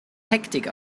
hektik